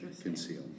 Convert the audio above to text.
conceal